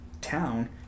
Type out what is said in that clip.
town